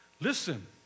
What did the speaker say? listen